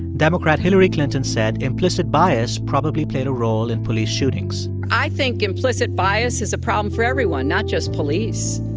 democrat hillary clinton said implicit bias probably played a role in police shootings i think implicit bias is a problem for everyone, not just police.